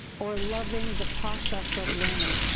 or loving the process of learning.